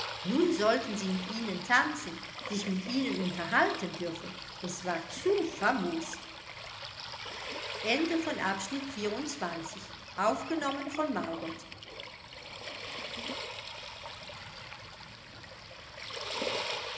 nun sollten sie mit ihnen tanzen sich mit ihnen unterhalten dürfen es war zu famos